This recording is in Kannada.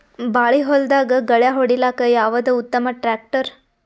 ಬಾಳಿ ಹೊಲದಾಗ ಗಳ್ಯಾ ಹೊಡಿಲಾಕ್ಕ ಯಾವದ ಉತ್ತಮ ಟ್ಯಾಕ್ಟರ್?